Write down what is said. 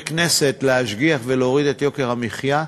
הכנסת להשגיח ולהוריד את יוקר המחיה,